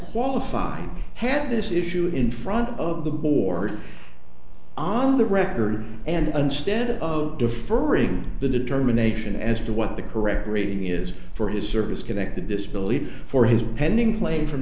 qualified had this issue in front of the board on the record and instead of deferring the determination as to what the correct reading is for his service connected disability for his pending claim from